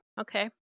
okay